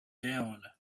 down